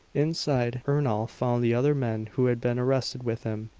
inside, ernol found the other men who had been arrested with him,